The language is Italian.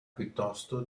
piuttosto